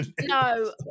No